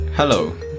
Hello